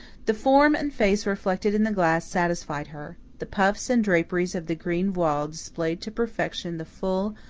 the form and face reflected in the glass satisfied her. the puffs and draperies of the green voile displayed to perfection the full,